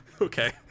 Okay